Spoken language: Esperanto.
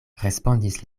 respondis